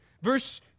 Verse